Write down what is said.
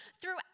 throughout